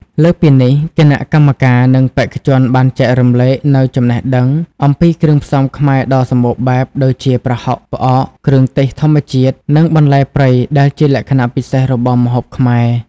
លើសពីនេះ គណៈកម្មការ និងបេក្ខជនបានចែករំលែកនូវចំណេះដឹងអំពីគ្រឿងផ្សំខ្មែរដ៏សម្បូរបែប ដូចជា ប្រហុក ផ្អក គ្រឿងទេសធម្មជាតិ និងបន្លែព្រៃដែលជាលក្ខណៈពិសេសរបស់ម្ហូបខ្មែរ។